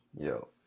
Yo